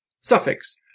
suffix